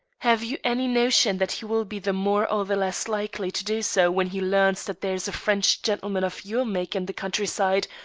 have you any notion that he will be the more or the less likely to do so when he learns that there's a french gentleman of your make in the country-side,